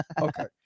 Okay